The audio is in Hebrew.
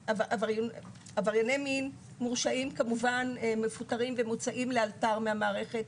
עברייני מין כמובן מורשעים מפוטרים ומוצאים לאלתר מהמערכת,